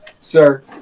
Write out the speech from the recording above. Sir